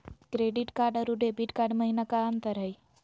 Credit card अरू debit card महिना का अंतर हई?